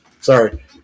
Sorry